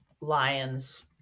lions